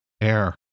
air